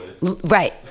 Right